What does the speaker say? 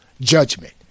judgment